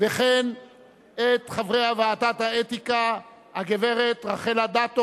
וכן את חברי ועדת האתיקה: הגברת רחל אדטו,